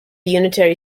unitary